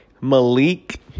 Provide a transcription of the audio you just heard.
Malik